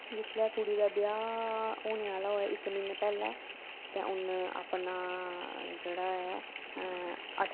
जिसलै कुड़ी दा ब्याह् होने आह्ला होऐ इक्क म्हीना पैह्लें ते उन्न अपना जेह्ड़ा ऐ